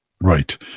right